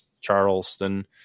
Charleston